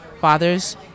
fathers